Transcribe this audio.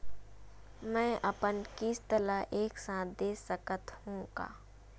मै अपन किस्त ल एक साथ दे सकत हु का?